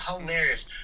hilarious